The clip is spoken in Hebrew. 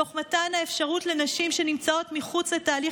תוך מתן האפשרות לנשים שנמצאות מחוץ לתהליך